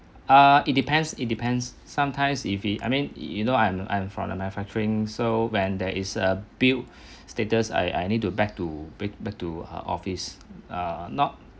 ah it depends it depends sometimes if it I mean you know I'm I'm from the manufacturing so when there is a build status I I need to back to back to ah office uh not